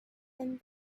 and